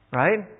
right